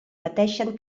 pateixen